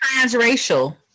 transracial